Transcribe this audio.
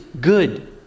good